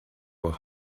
were